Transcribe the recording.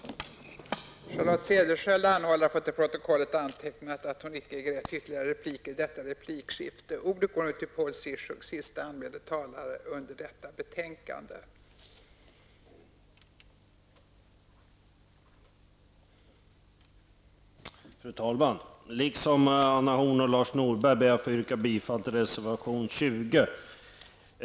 Cederschiöld anhållit att till protokollet få antecknat att hon inte ägde rätt till ytterligare replik.